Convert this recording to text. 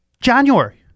January